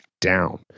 down